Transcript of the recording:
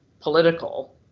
political